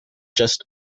just